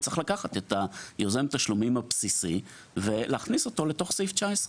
וצריך לקחת את יוזם התשלומים הבסיסי ולהכניס אותו לתוך סעיף 19,